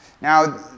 Now